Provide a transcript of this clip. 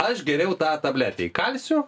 aš geriau tą tabletę įkalsiu